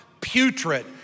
putrid